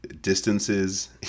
distances